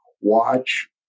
watch